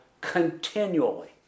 continually